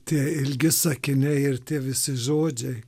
tie ilgi sakiniai ir tie visi žodžiai